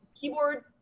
keyboard